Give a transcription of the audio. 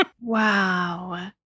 Wow